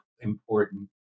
important